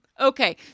Okay